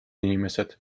inimesed